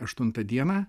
aštuntą dieną